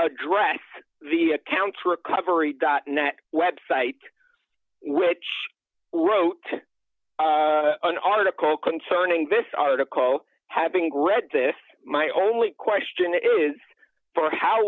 address the accounts recovery dot net website which wrote an article concerning this article having read this my only question is for how